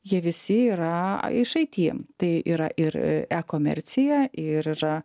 jie visi yra iš it tai yra ir e komercija ir yra